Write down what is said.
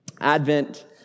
Advent